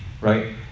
right